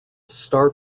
star